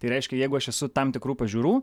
tai reiškia jeigu aš esu tam tikrų pažiūrų